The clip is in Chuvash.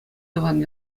тӑван